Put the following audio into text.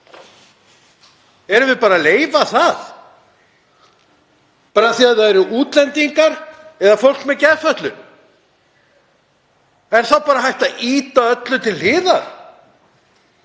Erum við að leyfa það bara af því að það eru útlendingar eða fólk með geðfötlun? Er þá bara hægt að ýta öllu til hliðar?